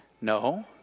No